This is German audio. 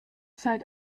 seit